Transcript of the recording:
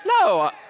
No